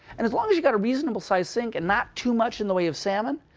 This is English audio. and as long as you've got a reasonable size sink and not too much in the way of salmon,